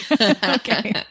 Okay